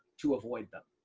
to avoid them.